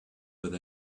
but